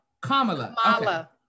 Kamala